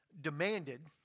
demanded